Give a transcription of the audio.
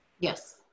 Yes